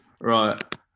Right